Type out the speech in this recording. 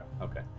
okay